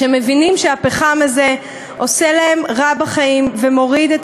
שמבינים שהפחם הזה עושה להם רע בחיים ומוריד את